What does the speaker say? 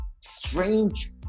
strange